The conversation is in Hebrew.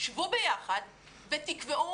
שבו ביחד ותקבעו.